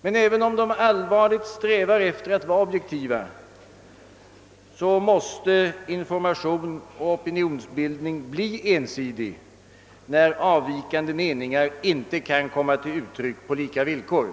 Men även om de allvarligt strävar efter att vara objektiva, måste information och opinionsbildning bli ensidig när avvikande mening ar inte kan komma till uttryck på lika villkor.